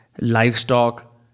livestock